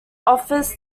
offers